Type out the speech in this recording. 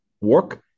work